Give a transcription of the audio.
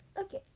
Okay